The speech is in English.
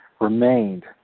remained